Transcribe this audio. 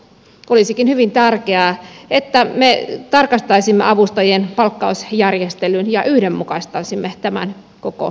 olisikin hyvin tärkeää että me tarkastaisimme avustajien palkkausjärjestelyn ja yhdenmukaistaisimme tämän koko suomessa